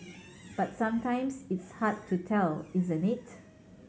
but sometimes it's hard to tell isn't it